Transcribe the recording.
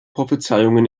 prophezeiungen